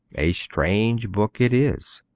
a strange book it is.